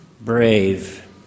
brave